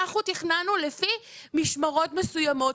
אנחנו תכננו לפי משמרות מסוימות.